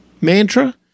mantra